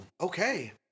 okay